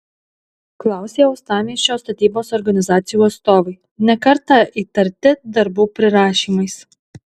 klausė uostamiesčio statybos organizacijų atstovai ne kartą įtarti darbų prirašymais